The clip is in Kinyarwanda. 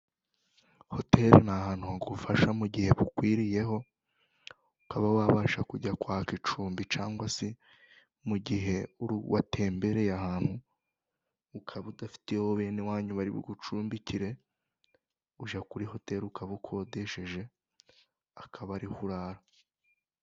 Hoteli ni ahantu hagufasha mu gihe bukwiriyeho ukaba wabasha kujya kwaka icumbi cyangwa se mu gihe watembereye ahantu ukaba udafiteteyo bene wanyu bari bugucumbikire, ujya kuri hoteli ukaba ukodesheje, akaba ariho urara.